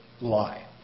lie